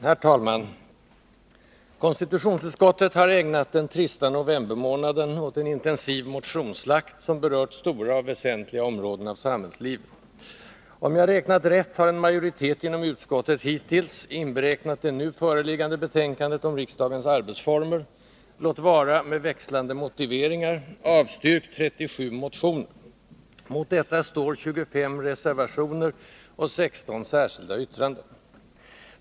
Herr talman! Konstitutionsutskottet har ägnat den trista novembermånaden åt en intensiv motionsslakt, som berört stora och väsentliga områden av samhällslivet. Om jag räknat rätt har en majoritet inom utskottet hittills, inberäknat det nu föreliggande betänkandet om riksdagens arbetsformer, låt vara med växlande motiveringar, avstyrkt 37 motioner. Mot detta står 25 reservationer och 16 särskilda yttranden.